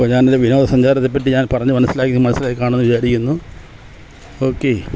ഇപ്പം ഞാനൊരു വിനോദ സഞ്ചാരത്തെപ്പറ്റി ഞാൻ പറഞ്ഞു മനസ്സിലാക്കി മനസ്സിലായി കാണുമെന്ന് വിചാരിക്കുന്നു ഓക്കെ